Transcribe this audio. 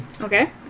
Okay